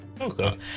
Okay